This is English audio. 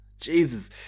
Jesus